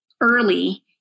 early